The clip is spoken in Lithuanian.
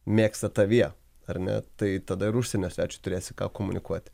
mėgsta tavyje ar ne tai tada ir užsienio svečiui turės ką komunikuoti